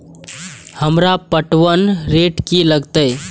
हमरा पटवन रेट की लागते?